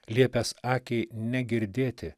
liepęs akiai negirdėti